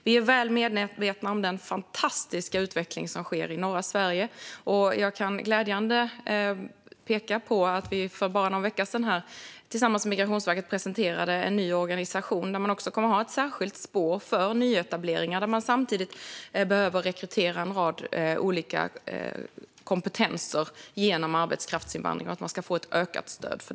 Vi är väl medvetna om den fantastiska utvecklingen i norra Sverige. Det är glädjande att jag kan peka på att vi tillsammans med Migrationsverket för bara någon vecka sedan presenterade en ny organisation. Där kommer det att finnas ett särskilt spår för nyetableringar som behöver rekrytera en rad olika kompetenser genom arbetskraftsinvandring. Det ska man få ökat stöd för.